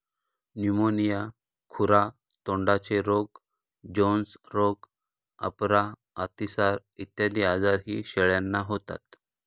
pneumonia, खुरा तोंडाचे रोग, जोन्स रोग, अपरा, अतिसार इत्यादी आजारही शेळ्यांना होतात